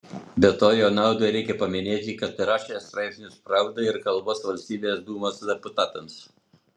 be to jo naudai reikia paminėti kad rašė straipsnius pravdai ir kalbas valstybės dūmos deputatams